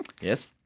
Yes